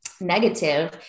negative